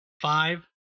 five